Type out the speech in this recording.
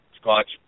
Scotch